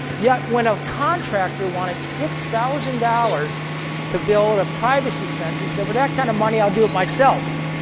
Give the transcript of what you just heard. yet when a contractor wanted six thousand dollars to build a privacy fence, he said, for that kind of money i'll do it myself.